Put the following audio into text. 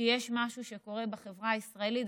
שיש משהו שקורה בחברה הישראלית.